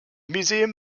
museum